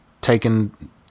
taken